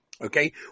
Okay